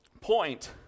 point